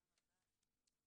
תודה רבה.